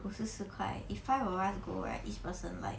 五十四块 if five of us go right each person like